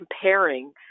comparing